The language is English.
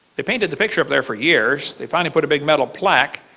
they painted the picture up there for years they finally put a big metal plaque.